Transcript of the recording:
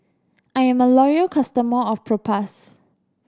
I'm a loyal customer of Propass